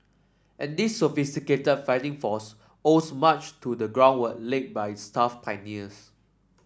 and this sophisticated fighting force owes much to the groundwork laid by its tough pioneers